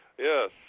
Yes